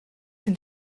can